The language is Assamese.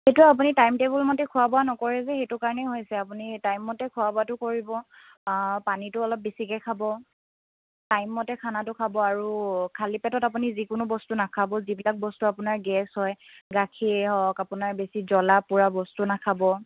সেইটো আপুনি টাইম টেবুল মতে খোৱাবোৱা নকৰে যে সেইটো কাৰণেই হৈছে আপুনি টাইম মতে খোৱা বোৱাটো কৰিব পানীটো অলপ বেছিকে খাব টাইম মতে খানাটো খাব আৰু খালী পেটত আপুনি যিকোনো বস্তু নাখাব যিবিলাক বস্তু আপোনাৰ গেছ হয় গাখীৰ হওক আপোনাৰ বেছি জ্বলা পোৰা বস্তু নাখাব